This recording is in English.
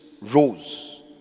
rose